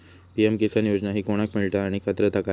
PM Kisan योजना ही कोणाक मिळता आणि पात्रता काय?